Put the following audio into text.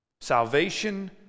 Salvation